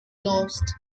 lost